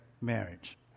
marriage